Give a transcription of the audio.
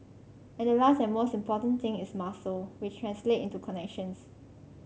and the last and most important thing is muscle which translate into connections